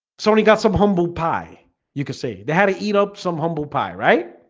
sony got some humble pie you could say they had to eat up some humble pie, right?